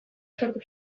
sortu